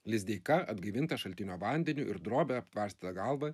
lizdeika atgaivintas šaltinio vandeniu ir drobe aptvarstytą galvą